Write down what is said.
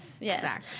Yes